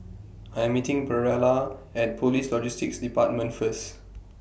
I Am meeting Pearla At Police Logistics department First